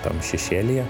tam šešėlyje